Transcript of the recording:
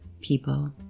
people